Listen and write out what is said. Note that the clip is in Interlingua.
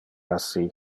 assi